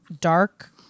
dark